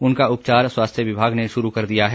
उनका उपचार स्वास्थ्य विभाग ने शुरू कर दिया है